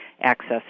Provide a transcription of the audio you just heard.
access